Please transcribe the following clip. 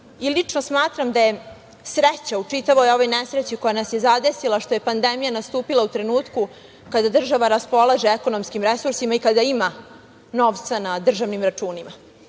i lično smatram da je sreća u čitavoj ovoj nesreći koja nas je zadesila što je pandemija nastupila u trenutku kada država raspolaže ekonomskim resursima i kada ima novca na državnim računima.